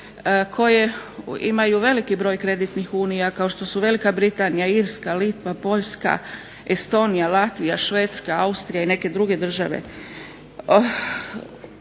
koje imaju veliki broj kreditnih unija kao što su Velika Britanija, Irska, Litva, Poljska, Estonija, Latvija, Švedska, Austrija i neke druge države.